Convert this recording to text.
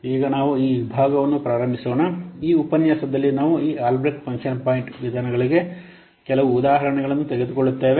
ಈಗ ನಾವು ಈ ವಿಭಾಗವನ್ನು ಪ್ರಾರಂಭಿಸೋಣ ಈ ಉಪನ್ಯಾಸದಲ್ಲಿ ನಾವು ಈ ಆಲ್ಬ್ರೆಕ್ಟ್ ಫಂಕ್ಷನ್ ಪಾಯಿಂಟ್ ವಿಧಾನಗಳಿಗೆ ಕೆಲವು ಉದಾಹರಣೆಗಳನ್ನು ತೆಗೆದುಕೊಳ್ಳುತ್ತೇವೆ